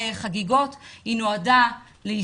אני לא רוצה לחזור על הדברים של אתמול אבל בראייה של הזכות